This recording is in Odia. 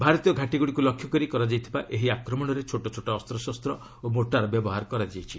ଭାରତୀୟ ଘାଟୀଗୁଡ଼ିକୁ ଲକ୍ଷ୍ୟ କରି କରାଯାଇଥିବା ଏହି ଆକ୍ରମଣରେ ଛୋଟ ଛୋଟ ଅସ୍ତଶସ୍ତ ଓ ମୋର୍ଟାର୍ ବ୍ୟବହାର କରାଯାଇଛି